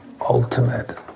ultimate